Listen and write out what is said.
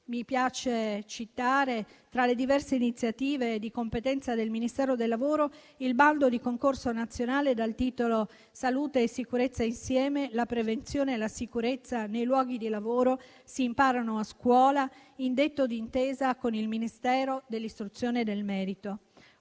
Mi piace citare, tra le diverse iniziative di competenza del Ministero del lavoro e delle politiche sociali, il bando di concorso nazionale dal titolo «Salute e sicurezza insieme! La prevenzione e la sicurezza nei luoghi di lavoro si imparano a scuola», indetto d'intesa con il Ministero dell'istruzione e del merito.